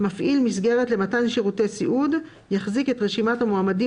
מפעיל מסגרת למתן שירותי סיעוד יחזיק את רשימת המועמדים